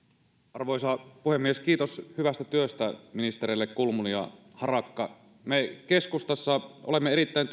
arvoisa puhemies kiitos hyvästä työstä ministereille kulmuni ja harakka me keskustassa olemme erittäin